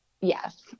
Yes